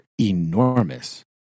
enormous